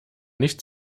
nicht